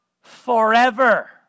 forever